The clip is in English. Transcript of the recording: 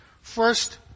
First